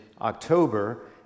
October